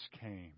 came